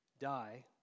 die